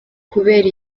kubera